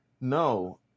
No